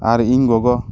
ᱟᱨ ᱤᱧ ᱜᱚᱜᱚ